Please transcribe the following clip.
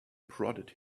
prodded